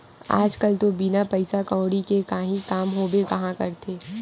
आज कल तो बिना पइसा कउड़ी के काहीं काम होबे काँहा करथे